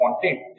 content